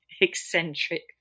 eccentric